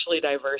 diverse